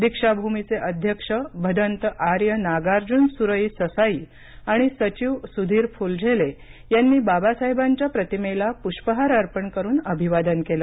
दीक्षाभूमीचे अध्यक्ष भदंत आर्य नागार्जुन सुरई ससाई आणि सचिव सुधीर फूलझेले यांनी बाबासाहेबांच्या प्रतिमेला पुष्पहार अर्पण करून अभिवादन केलं